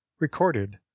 Recorded